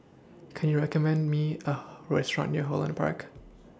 Can YOU recommend Me A Restaurant near Holland Park